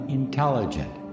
intelligent